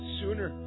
sooner